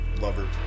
Lover